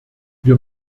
wir